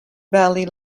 valley